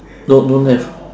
don't don't have